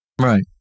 Right